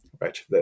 right